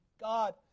God